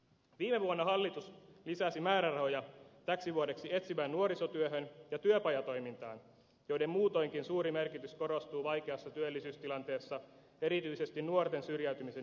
viime vuonna hallitus lisäsi määrärahoja täksi vuodeksi etsivään nuorisotyöhön ja työpajatoimintaan joiden muutoinkin suuri merkitys korostuu vaikeassa työllisyystilanteessa erityisesti nuorten syrjäytymisen ehkäisyssä